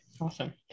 Awesome